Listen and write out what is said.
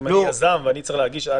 אם אני יזם ואני צריך להגיש,